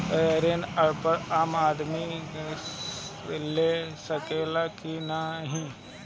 ऋण अनपढ़ आदमी ले सके ला की नाहीं?